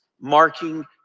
marking